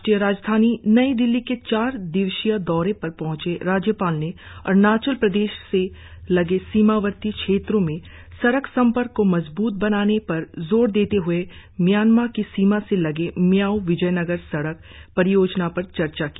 राष्ट्रीय राजधानी नई दिल्ली के चार दिवसीय दौरे पर पहचे राज्यपाल ने अरुणाचल प्रदेश से लगे सीमावर्ती क्षेत्रों में सड़क संपर्क को मजब्त बनाने पर जोर देते हुए म्यांमा की सीमा से लगे मियाओ विजयनगर सड़क परियोजना पर चर्चा की